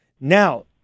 Now